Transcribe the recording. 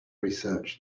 research